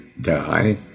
die